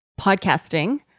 podcasting